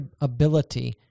ability